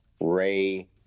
Ray